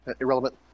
irrelevant